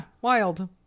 wild